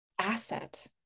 asset